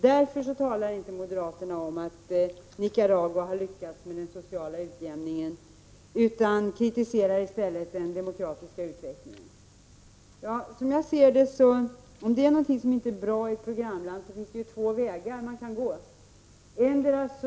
Därför talar moderaterna inte om att Nicaragua har lyckats med den sociala utjämningen utan kritiserar i stället den demokratiska utvecklingen. Om det är någonting som inte är bra i ett programland finns det, som jag ser det, två vägar att gå.